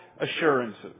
assurances